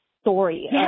story